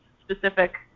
specific